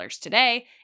today